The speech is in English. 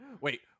Wait